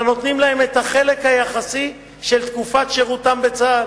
אלא נותנים להם את החלק היחסי של תקופת שירותם בצה"ל.